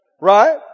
Right